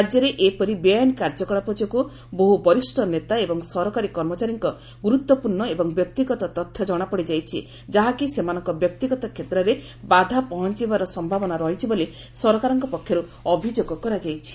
ରାଜ୍ୟରେ ଏପରି ବେଆଇନ ଏବଂ ସରକାରୀ କାର୍ଯ୍ୟକାରୀଯୋଗୁଁ ବହୁ ବରିଷ୍ଣ ନେତା ଏବଂ କର୍ମଚାରୀଙ୍କ ଗୁରୁତ୍ୱପୂର୍ଣ୍ଣ ଏବଂ ବ୍ୟକ୍ତିଗତ ତଥ୍ୟ ଜଣାପଡିଯାଇଛି ଯାହାକି ସେମାନଙ୍କ ବ୍ୟକ୍ତିଗତ କ୍ଷେତ୍ରରେ ବାଧା ପହଞ୍ଚାଇବାର ସମ୍ଭାବନା ରହିଛି ବୋଲି ସରକାରଙ୍କ ପକ୍ଷରୁ ଅଭିଯୋଗ କରାଯାଇଛି